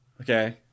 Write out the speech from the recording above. Okay